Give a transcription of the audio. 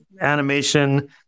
animation